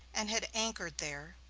and had anchored there,